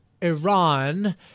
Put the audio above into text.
Iran